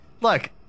look